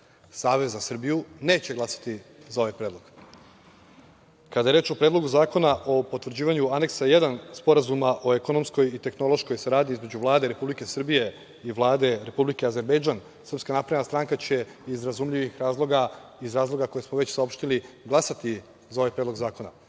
Savez za Srbiju neće glasati za ovaj predlog. Kada je reč o Predlogu zakona o potvrđivanju Aneksa 1 Sporazuma o ekonomskoj i tehnološkoj saradnji između Vlade Republike Srbije i Vlade Republike Azerbejdžan, SNS će iz razumljivih razloga, iz razloga koje smo već saopštili, glasati za ovaj predlog zakona.